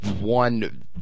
one